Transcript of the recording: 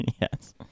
Yes